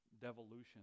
devolution